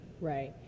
Right